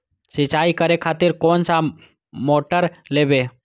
सीचाई करें खातिर कोन सा मोटर लेबे?